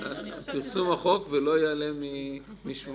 פרסום החוק ולא יעלה על שבועיים?